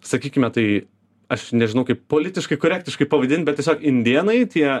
sakykime tai aš nežinau kaip politiškai korektiškai pavadinti bet tiesiog indėnai tie